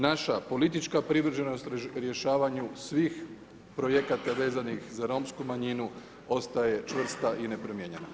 Naša politička privrženost rješavanju svih projekata vezanih uz Romsku manjinu, ostaje čvrsta i nepromijenjena.